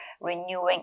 renewing